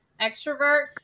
extrovert